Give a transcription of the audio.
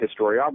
historiography